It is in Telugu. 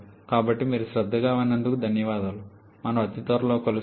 కాబట్టి మీరు శ్రద్దగా విన్నందుకు ధన్యవాదాలు మనము అతి త్వరలో మళ్లీ కలుస్తాము